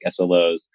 SLOs